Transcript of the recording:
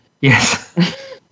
Yes